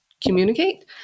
communicate